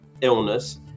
illness